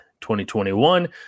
2021